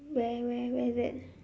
where where where is that